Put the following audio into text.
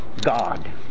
God